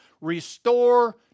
Restore